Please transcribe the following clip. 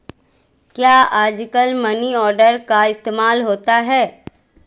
क्या आजकल money order का इस्तेमाल होता है?